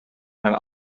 and